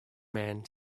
man